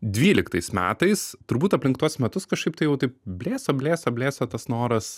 dvyliktais metais turbūt aplink tuos metus kažkaip tai jau taip blėso blėso blėso tas noras